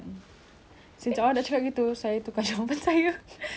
sebenarnya saya nak cakap pasta tapi saya macam fikir pasal diri sendiri pula